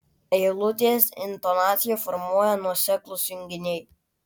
eilutės intonaciją formuoja nuoseklūs junginiai